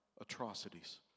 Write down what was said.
atrocities